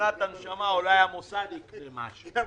שוב